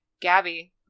Gabby